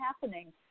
happening